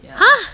!huh!